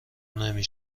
نمی